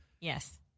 yes